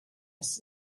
its